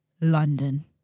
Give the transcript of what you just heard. London